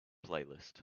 playlist